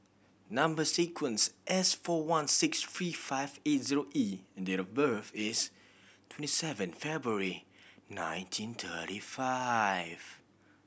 number sequence S four one six three five eight zero E and date of birth is twenty seven February nineteen thirty five